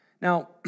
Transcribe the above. Now